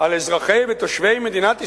על אזרחי ותושבי מדינת ישראל,